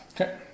Okay